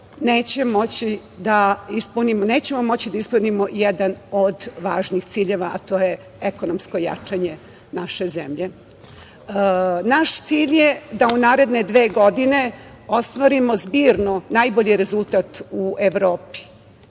nećemo moći da ispunimo jedan od važnijih ciljeva a to je ekonomsko jačanje naše zemlje. Naš cilj je da u naredne dve godine ostvarimo zbirno najbolji rezultat u Evropi.